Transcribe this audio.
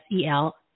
SEL